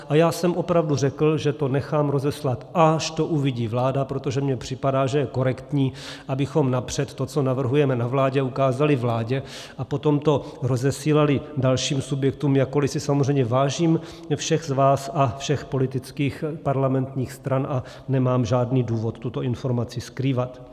A já jsem opravdu řekl, že to nechám rozeslat, až to uvidí vláda, protože mně připadá, že je korektní, abychom napřed to, co navrhujeme na vládě, ukázali vládě, a potom to rozesílali dalším subjektům, jakkoli si samozřejmě vážím všech z vás a všech politických parlamentních stran a nemám žádný důvod tuto informaci skrývat.